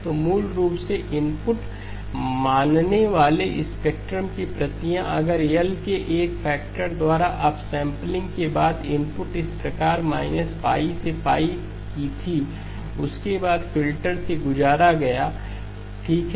तो मूल रूप से इनपुट मानने वाले स्पेक्ट्रम की प्रतियां अगर L के एक फैक्टर द्वारा अपसैंपलिंग के बाद इनपुट इस प्रकार π से π की थीउसके बाद फिल्टर से गुजारा गया ठीक है